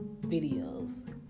videos